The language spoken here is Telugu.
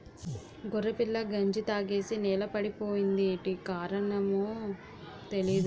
గొర్రెపిల్ల గంజి తాగేసి నేలపడిపోయింది యేటి కారణమో తెలీదు